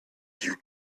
you